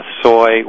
soy